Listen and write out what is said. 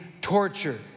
torture